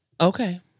Okay